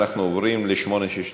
אנחנו עוברים ל-862.